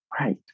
Right